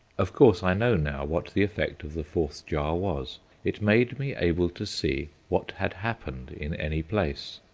of course i know now what the effect of the fourth jar was it made me able to see what had happened in any place.